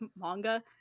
manga